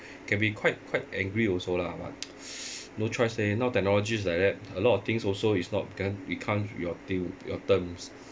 can be quite quite angry also lah but no choice leh now technology is like that a lot of things also is not can it can't your thing your terms